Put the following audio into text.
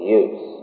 use